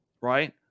right